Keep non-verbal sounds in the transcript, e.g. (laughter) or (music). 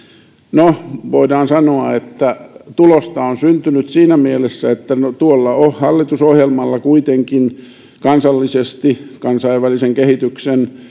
no voidaan sanoa että tulosta on syntynyt siinä mielessä että tuolla hallitusohjelmalla kuitenkin kansallisesti kansainvälisen kehityksen (unintelligible)